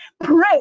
Pray